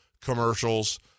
commercials